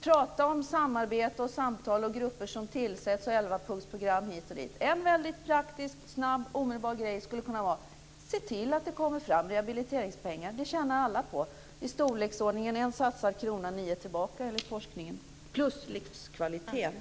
Prata om samarbete, samtal och grupper som tillsätts, elvapunktsprogram hit och dit, en väldigt praktisk och omedelbar grej skulle kunna vara att se till att det kommer fram rehabiliteringspengar. Det tjänar alla på. En satsad krona, nio tillbaka, enligt forskningen, plus livskvaliteten.